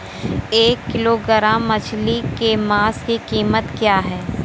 एक किलोग्राम मछली के मांस की कीमत क्या है?